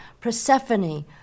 Persephone